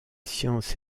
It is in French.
sciences